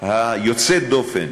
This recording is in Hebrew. יוצאת הדופן